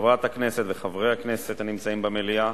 חברת הכנסת וחברי הכנסת הנמצאים במליאה,